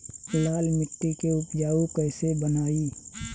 लाल मिट्टी के उपजाऊ कैसे बनाई?